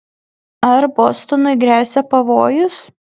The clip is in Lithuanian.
ar bostonui gresia pavojus